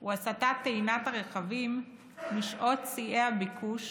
הוא הסטת טעינת הרכבים משעות שיאי הביקוש